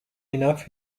enough